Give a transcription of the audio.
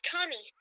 Tommy